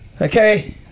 Okay